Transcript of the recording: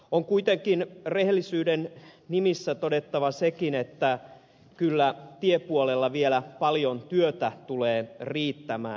on kuitenkin rehellisyyden nimissä todettava sekin että kyllä tiepuolella vielä paljon työtä tulee riittämään